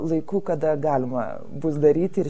laiku kada galima bus daryti ir